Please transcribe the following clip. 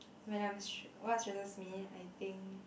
when I'm stre~ what stresses me I think